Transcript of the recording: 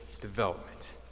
development